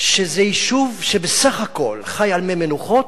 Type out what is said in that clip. שזה יישוב שבסך-הכול חי על מי מנוחות,